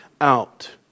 out